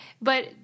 But-